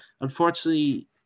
Unfortunately